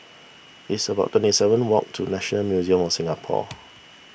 it's about twenty seven walk to National Museum of Singapore